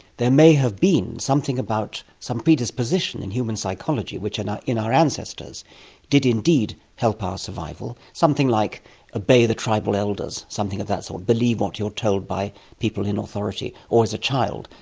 there may have been something about some predisposition in human psychology which and in our ancestors did indeed help our survival. something like obey the tribal elders, something of that sort. believe what you're told by people in authority. or as a child,